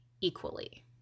equally